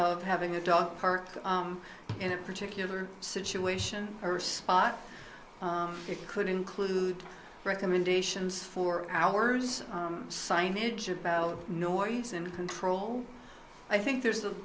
of having a dog park in a particular situation or spot it could include recommendations for hours signage about noise and control i think there's a